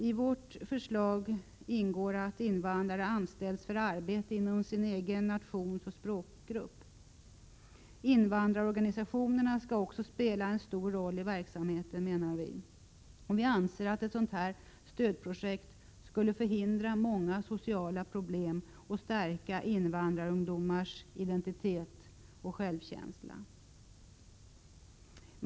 I vårt förslag ingår att invandrare anställs för arbete inom sin egen nationsoch språkgrupp. Invandrarorganisationerna skall också spela en stor roll i verksamheten. Vi anser att ett sådant stödprojekt skulle förhindra många sociala problem och stärka invandrarungdomars identitet och självkänsla.